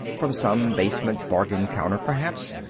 from some basement bargain counter, perhaps,